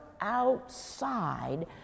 outside